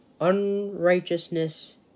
unrighteousness